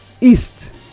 east